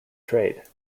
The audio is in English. trade